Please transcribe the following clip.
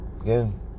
Again